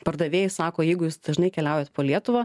pardavėjai sako jeigu jūs dažnai keliaujat po lietuvą